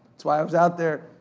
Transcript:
that's why i was out there,